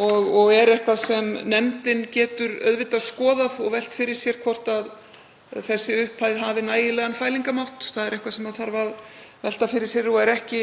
og nefndin getur auðvitað skoðað og velt því fyrir sér hvort þessi upphæð hafi nægilegan fælingarmátt. Það er eitthvað sem þarf að velta fyrir sér og er ekki